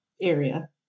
area